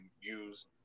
use